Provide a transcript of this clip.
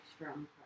strong